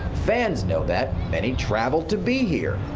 fans know that. many traveled to be here.